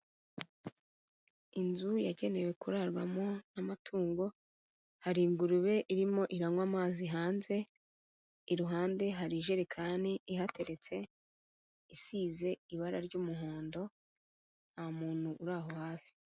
Inzu yagenewe kurarwamo n'amatungo, hari ingurube irimo iranywa amazi hanze, iruhande hari jerekani ihateretse, isize ibara ry'umuhondo nta muntu uri aho hafi.